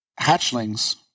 hatchlings